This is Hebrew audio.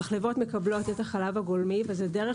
המחלבות מקבלות את החלב הגולמי וזו הדרך